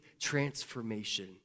transformation